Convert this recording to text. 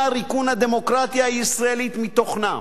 ריקון הדמוקרטיה הישראלית מתוכנה."